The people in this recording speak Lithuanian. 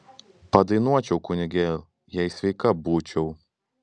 padainuočiau kunigėl jei sveika būčiau